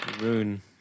Rune